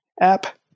app